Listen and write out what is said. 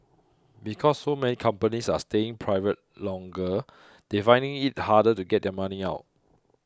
because so many companies are staying private longer they're finding it harder to get their money out